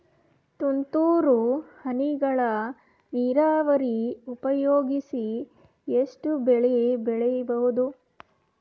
ತುಂತುರು ಹನಿಗಳ ನೀರಾವರಿ ಉಪಯೋಗಿಸಿ ಎಷ್ಟು ಬೆಳಿ ಬೆಳಿಬಹುದು?